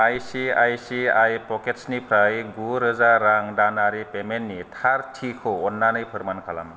I C I C I प'केट्सनिफ्राय गु रोजा रां दानारि पेमेन्टनि थारथिखौ अन्नानै फोरमान खालाम